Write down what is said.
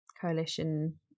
coalition